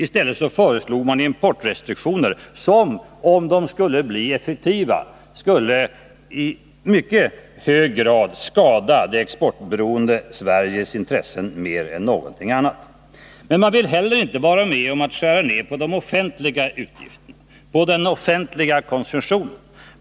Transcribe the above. I stället föreslog man importrestriktioner, som om de skulle bli effektiva i mycket hög grad skulle skada det exportberoende Sveriges intressen mer än någonting annat. Men man vill inte heller vara med om att skära ner de offentliga utgifterna, den offentliga konsumtionen.